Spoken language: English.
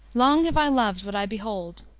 long have i loved what i behold,